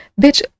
Bitch